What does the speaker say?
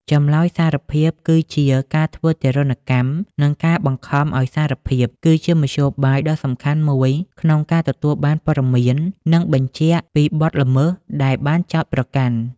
ចម្លើយសារភាពគឺជា ការធ្វើទារុណកម្ម និងការបង្ខំឱ្យសារភាព គឺជាមធ្យោបាយដ៏សំខាន់មួយក្នុងការទទួលបានព័ត៌មាន និង "បញ្ជាក់" ពីបទល្មើសដែលបានចោទប្រកាន់។